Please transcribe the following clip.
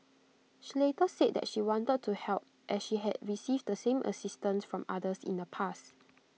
she later said that she wanted to help as she had received the same assistance from others in the past